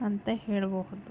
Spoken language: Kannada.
ಅಂತ ಹೇಳಬಹುದು